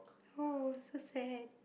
oh so sad